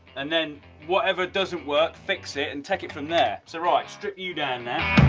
and then whatever doesn't work fix it and take it from there. so right, strip you down now.